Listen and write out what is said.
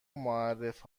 معرف